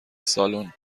سالن